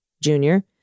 junior